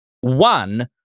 One